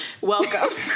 Welcome